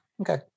okay